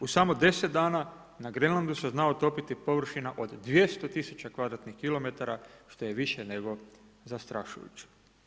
U samo 10 dana na Grenlandu se zna otopiti površina od 200 tisuća kvadratnih kilometara što je više nego zastrašujuće.